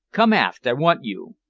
come aft, i want you.